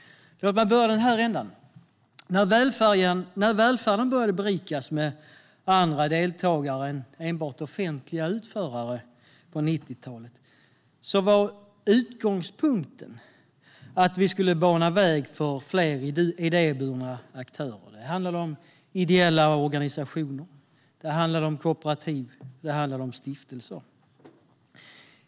När välfärden började berikas med andra deltagare än enbart offentliga utförare, på 1990-talet, var utgångspunkten att vi skulle bana väg för fler idéburna aktörer. Det handlade om ideella organisationer, kooperativ eller stiftelser.